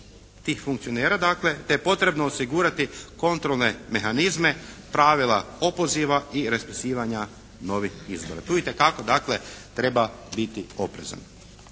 tih funkcionera dakle, te je potrebno osigurati kontrolne mehanizme, pravile opoziva i raspisivanja novih izbora. Tu itekako dakle treba biti oprezan.